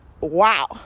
wow